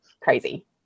crazy